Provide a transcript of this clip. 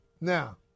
Now